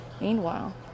Meanwhile